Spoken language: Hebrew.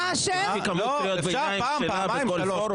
היא קוראת קריאות ביניים בכל פורום.